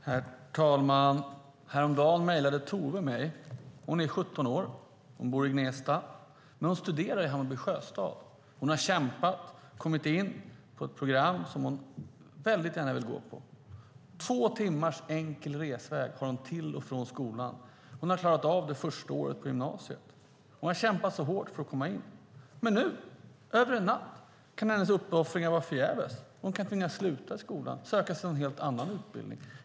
Herr talman! Häromdagen mejlade Tove mig. Hon är 17 år, bor i Gnesta och studerar i Hammarby Sjöstad. Hon har kämpat och kommit in på ett program som hon gärna vill gå. Hon har två timmars enkel resväg till och från skolan. Hon kämpade hårt för att komma in på gymnasiet och har klarat av det första året. Över en natt kan hennes uppoffringar vara förgäves. Hon kan tvingas sluta skolan och söka sig en helt annan utbildning.